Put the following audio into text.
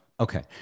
Okay